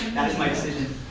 that is my decision.